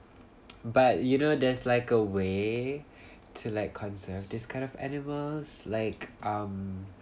but you know there's like a way to like conserve this kind of animals like um